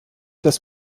das